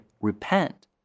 repent